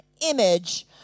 image